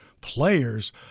players